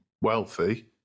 wealthy